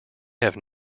have